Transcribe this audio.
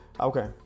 Okay